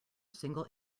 single